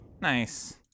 Nice